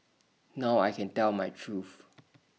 now I can tell my truth